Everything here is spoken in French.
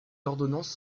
ordonnances